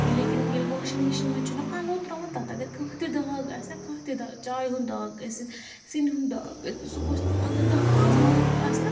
لیکن ییٚلہِ washing machine منٛز چھِ نا پَلوٚو ترٛاوان تَتھ اگر کانٛہہ تہِ داغ آسہِ نا کانٛہہ تہِ داغ چایہِ ہُنٛد داغ ٲسِن سِنہِ ہُنٛد داغ ٲسِن سُہ گوٚژھ نہٕ اگر دَہ پانٛژَن دۄہَن تہِ آسہِ نا